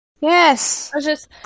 Yes